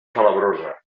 salabrosa